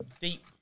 Deep